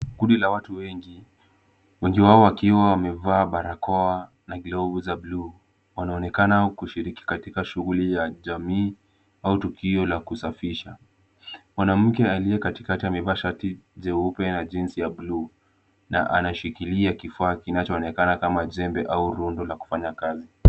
Kundi la watu wengi. Wengi wao wakiwa wamevaa barakoa na glovu za blue wanaonekana kushiriki katika shughuli ya jamii au tukio la kusafisha. Mwanamke aliye katikati amevaa shati jeupe na jeans ya blue na anashikilia kifaa kinachoonekana kama jembe au rundo la kufanya kazi.